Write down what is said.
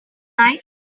night